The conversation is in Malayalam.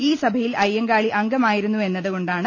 ഈ സഭയിൽ അയ്യങ്കാളി അംഗമായിരുന്നുവെന്നത് കൊണ്ടാണ്